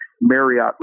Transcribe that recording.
Marriott